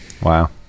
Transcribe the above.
Wow